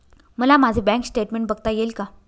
मला माझे bank statement बघता येईल का?